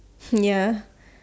hmm ya